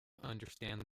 understand